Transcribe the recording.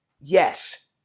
yes